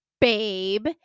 babe